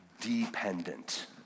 dependent